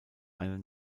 eine